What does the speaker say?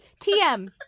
TM